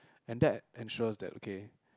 and that ensures that okay